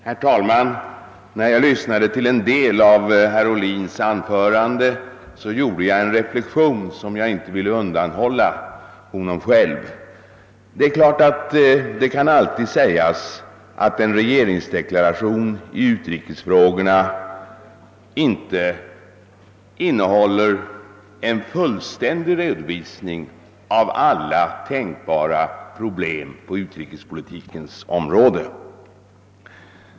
Herr talman! När jag lyssnade till en del av herr Ohlins anförande, gjorde jag en reflexion som jag inte vill undanhålla honom. Det är klart att det alltid kan sägas att en regeringsdeklaration i utrikespolitiska frågor inte innehåller någon fullständig redovisning av alla tänkbara problem på utrikespolitikens område.